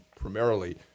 primarily